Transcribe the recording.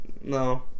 No